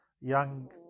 young